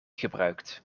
gebruikt